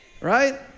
right